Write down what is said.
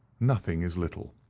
nothing is little,